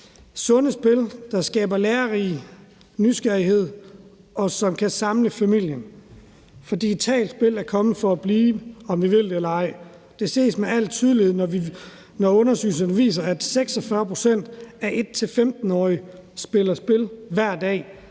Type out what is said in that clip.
sunde spil, der er lærerige og skaber nysgerrighed, og som kan samle familien. For digitale spil er kommet for blive, om vi vil det eller vej. Det ses med al tydelighed, når undersøgelserne viser, at 46 pct. af 1-15- årige spiller spil hver dag,